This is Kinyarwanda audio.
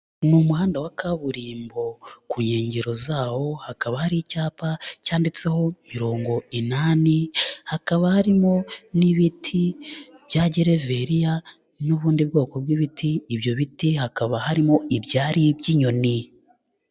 Ni umuhanda wa kaburimbo ku nkengero zawo hakaba hari icyapa cyanditseho mirongo inani hakaba harimo n'ibiti bya gereveriya n'ubundi bwoko bw'ibiti ibyo biti hakaba harimo ibyari by'inyoni.